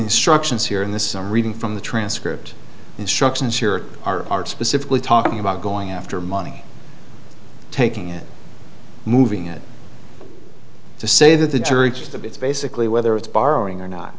instructions here in the summer reading from the transcript instructions here are specifically talking about going after money taking it moving it to say that the jury just of it's basically whether it's borrowing or not